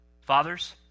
Fathers